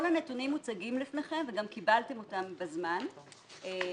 כל הנתונים מוצגים בפניכם וגם קיבלתם אותם בזמן מאתנו.